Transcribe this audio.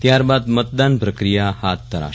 ત્યારબાદ મતદાન પક્રિયા હાથ ધરાશે